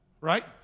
Right